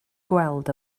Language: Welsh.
gweld